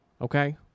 Okay